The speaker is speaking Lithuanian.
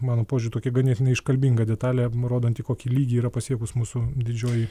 mano požiūriu tokia ganėtinai iškalbinga detalė rodanti kokį lygį yra pasiekus mūsų didžioji